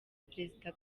perezida